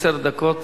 עשר דקות.